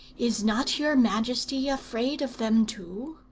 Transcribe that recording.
is not your majesty afraid of them too?